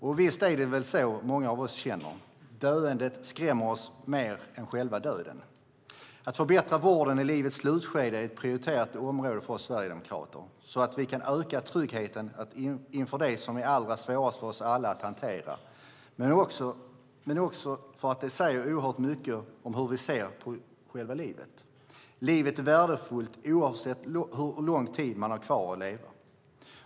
Och visst är det så många av oss känner. Döendet skrämmer oss mer än själva döden. Att förbättra vården i livets slutskede är ett prioriterat område för oss sverigedemokrater så att vi kan öka tryggheten inför det som är allra svårast för oss alla att hantera men också för att det säger oerhört mycket om hur vi ser på livet. Livet är värdefullt oavsett hur lång tid man har kvar att leva.